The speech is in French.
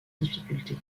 difficulté